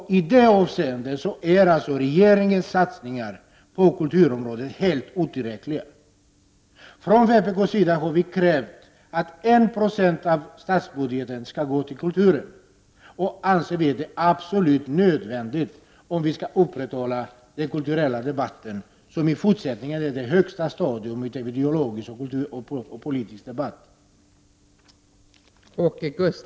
I det avseendet är regeringens satsningar på kulturområdet helt otillräckliga. Från vpk:s sida har vi krävt att 1 96 av statsbudgeten skall gå till kulturen, och vi anser det absolut nödvändigt om vi skall kunna upprätthålla den kulturella nivån. I fortsättningen är den kulturella debatten ett högsta stadium av ideologisk och politisk debatt.